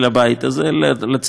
לצערי, לא ראינו.